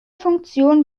funktion